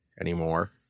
anymore